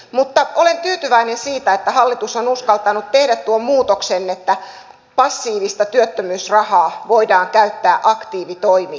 mutta olen tyytyväinen siitä että hallitus on uskaltanut tehdä tuon muutoksen että passiivista työttömyysrahaa voidaan käyttää aktiivitoimiin